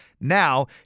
Now